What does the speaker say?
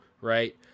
right